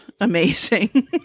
amazing